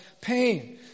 pain